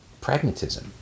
pragmatism